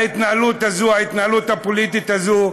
ההתנהלות הזאת, ההתנהלות הפוליטית הזאת,